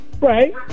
right